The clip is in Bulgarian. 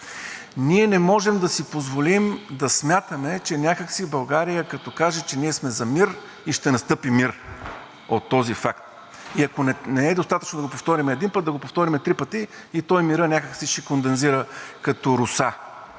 Ние не можем да си позволим да смятаме, че някак си България, като каже, че ние сме за мир, и ще настъпи мир от този факт и ако не е достатъчно да го повторим един път, да го повторим три пъти и той мирът някак си ще кондензира като роса.